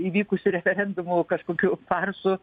įvykusiu referendumu kažkokiu farsu